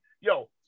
Yo